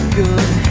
good